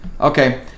okay